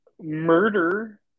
Murder